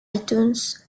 itunes